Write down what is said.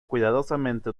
cuidadosamente